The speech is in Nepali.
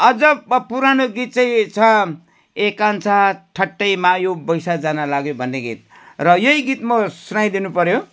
अझ पप् पुरानो गीत चाहिँ छ ए कान्छा ठट्टैमा यो बैँस जान लाग्यो भन्ने गीत र यही गीत म सुनाइदिनु पऱ्यो